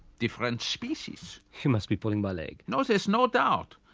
different species. you must be pulling my leg. no, there's no doubt,